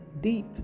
deep